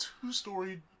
two-story